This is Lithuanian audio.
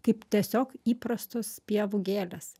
kaip tiesiog įprastos pievų gėles